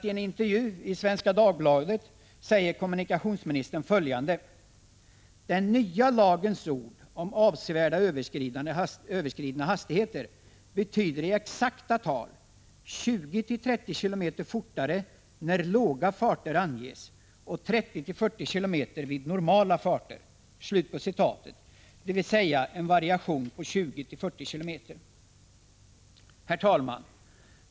I en intervju i Svenska Dagbladet säger kommunikationsministern följande: ”Den nya lagens ord om ”avsevärt överskridna hastigheter" betyder i exakta tal 20 40 km vid normala farter.” Det vill säga att det är en variation från 20 till 40 km. Herr talman!